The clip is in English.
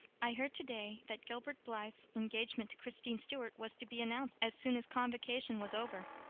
i heard today that gilbert blythe's engagement to christine stuart was to be announced as soon as convocation was over.